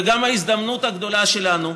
וגם ההזדמנות הגדולה שלנו,